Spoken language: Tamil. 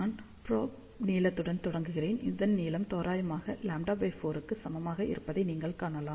நான் ப்ரொப் நீளத்துடன் தொடங்குகிறேன் இந்த நீளம் தோராயமாக λ4 க்கு சமமாக இருப்பதை நீங்கள் காணலாம்